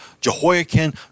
Jehoiakim